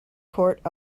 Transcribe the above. court